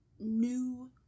new